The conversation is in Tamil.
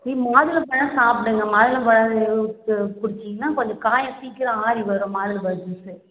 நீங்கள் மாதுளம் பழம் சாப்பிடுங்க மாதுளம் பழம் ஜூஸு குடித்தீங்கனா கொஞ்சம் காயம் சீக்கிரம் ஆறி வரும் மாதுளம் பழம் ஜூஸு